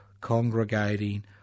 congregating